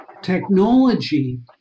technology